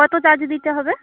কত চার্জ দিতে হবে